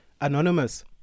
Anonymous